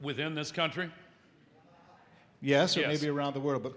within this country yes yes the around the world b